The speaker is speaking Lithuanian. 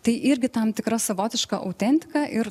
tai irgi tam tikra savotiška autentika ir